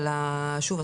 אבל שוב,